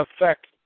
affect